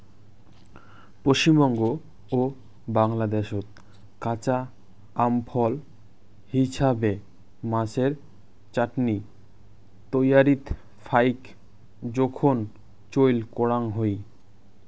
পশ্চিমবঙ্গ ও বাংলাদ্যাশত কাঁচা আম ফল হিছাবে, মাছের চাটনি তৈয়ারীত ফাইক জোখন চইল করাং হই